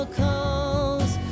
calls